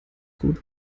gut